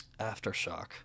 Aftershock